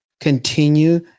continue